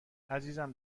عزیزم